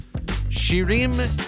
Shirim